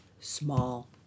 small